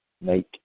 make